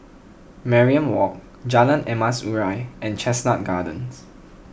Mariam Walk Jalan Emas Urai and Chestnut Gardens